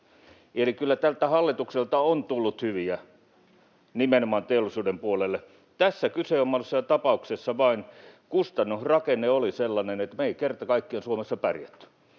eli kyllä tältä hallitukselta on tullut hyviä päätöksiä nimenomaan teollisuuden puolelle. Tässä kyseenomaisessa tapauksessa kustannusrakenne vain oli sellainen, että me emme kerta kaikkiaan Suomessa pärjänneet.